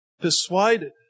persuaded